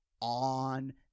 on